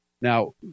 Now